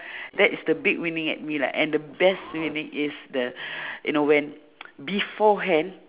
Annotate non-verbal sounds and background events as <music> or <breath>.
<breath> that is the big wining at me lah and the best winning is the <breath> you know when <noise> beforehand